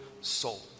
soul